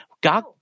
God